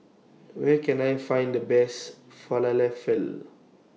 Where Can I Find The Best Falafel